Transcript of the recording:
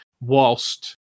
whilst